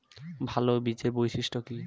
ভাল বীজের বৈশিষ্ট্য কী?